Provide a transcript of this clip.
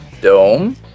Dome